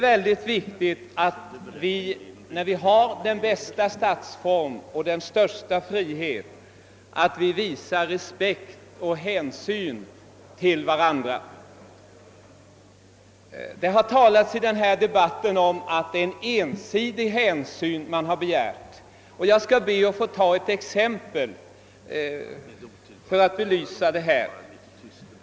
Eftersom vi har den bästa statsformen och den största friheten är det viktigt att vi visar varandra respekt och hänsyn. Det har i denna debatt sagts att man begär en ensidig hänsyn. Jag skall be att få anföra ett exempel för att belysa hur det i verkligheten ligger till.